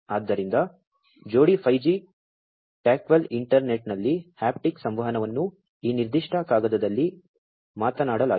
ಆದ್ದರಿಂದ ಜೋಡಿ 5G tactile ಇಂಟರ್ನೆಟ್ನಲ್ಲಿ ಹ್ಯಾಪ್ಟಿಕ್ ಸಂವಹನವನ್ನು ಈ ನಿರ್ದಿಷ್ಟ ಕಾಗದದಲ್ಲಿ ಮಾತನಾಡಲಾಗಿದೆ